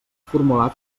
formular